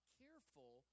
careful